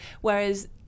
whereas